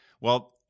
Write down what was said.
well-